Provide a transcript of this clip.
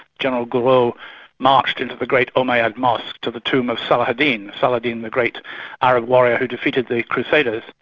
general gouraud marched into the great umayyad mosque to the tomb of saladin, saladin the great arab warrior who defeated the crusaders,